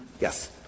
Yes